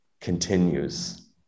continues